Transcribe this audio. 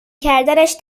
کردنش